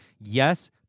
yes